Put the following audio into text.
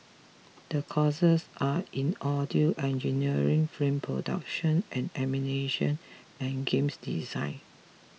the courses are in audio engineering film production and animation and games design